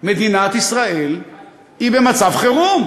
מדינת ישראל היא במצב חירום.